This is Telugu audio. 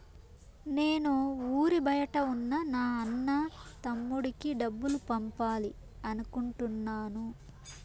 నేను ఊరి బయట ఉన్న నా అన్న, తమ్ముడికి డబ్బులు పంపాలి అనుకుంటున్నాను